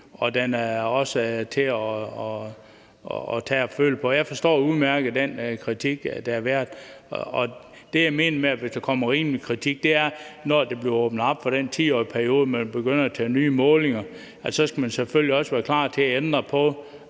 og den er også til at tage og føle på. Jeg forstår udmærket den kritik, der har været. Og det, jeg mente med »hvis der kommer rimelig kritik«, er, at når der bliver åbnet for den 10-årsperiode og man begynder at lave nye målinger, skal man selvfølgelig også være klar til at ændre på